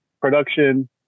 production